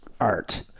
art